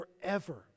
forever